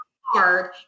hard